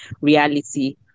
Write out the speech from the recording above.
reality